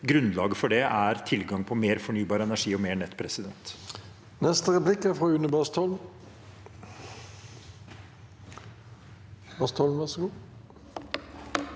Grunnlaget for det er tilgang på mer fornybar energi og mer nett. Une